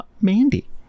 Mandy